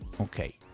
Okay